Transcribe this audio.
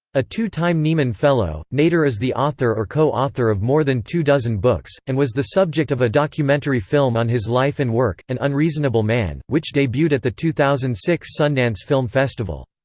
a two-time nieman fellow, nader is the author or co-author of more than two dozen books, and was the subject of a documentary film on his life and work, an unreasonable man, which debuted at the two thousand and six sundance film festival.